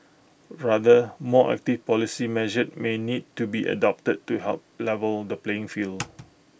rather more active policy measures may need to be adopted to help level the playing field